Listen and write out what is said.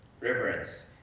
reverence